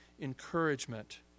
encouragement